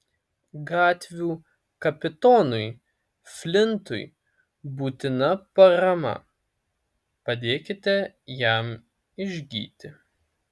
gatvių kapitonui flintui būtina parama padėkite jam išgyti